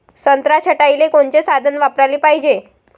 संत्रा छटाईले कोनचे साधन वापराले पाहिजे?